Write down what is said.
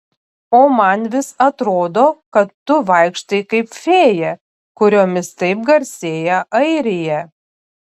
o man vis atrodo kad tu vaikštai kaip fėja kuriomis taip garsėja airija